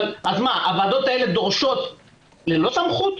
הוועדות האלה דורשות ללא סמכות?